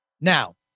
now